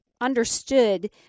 understood